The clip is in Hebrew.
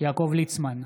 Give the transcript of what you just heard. יעקב ליצמן,